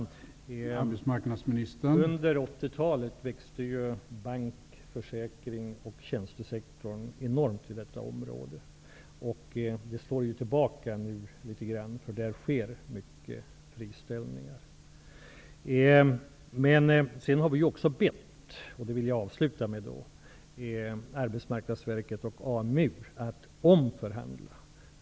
Herr talman! Under 1980-talet växte bankförsäkrings och tjänstesektorn enormt i detta område. Det slår nu tillbaka litet, och många människor blir friställda. Avslutningsvis vill jag tala om att vi har bett Arbetsmarknadsverket och AMU att omförhandla.